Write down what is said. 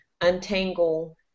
untangle